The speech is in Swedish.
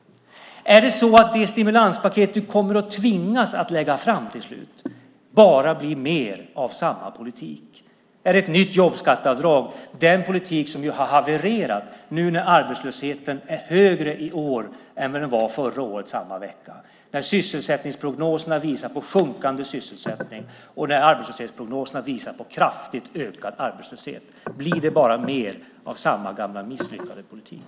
Är det så att det stimulanspaket som du kommer att tvingas lägga fram till slut bara blir mer av samma politik? Är det ett nytt jobbskatteavdrag och den politik som har havererat när arbetslösheten är högre i år än vad den var förra året samma vecka, när sysselsättningsprognoserna visar på sjunkande sysselsättning och när arbetslöshetsprognoserna visar på kraftigt ökad arbetslöshet? Blir det bara mer av samma gamla misslyckade politik?